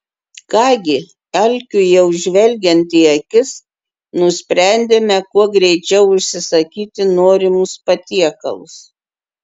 ką gi alkiui jau žvelgiant į akis nusprendėme kuo greičiau užsisakyti norimus patiekalus